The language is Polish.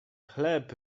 chleb